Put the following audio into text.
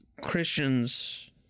Christians